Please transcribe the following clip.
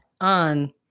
on